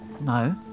No